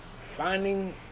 finding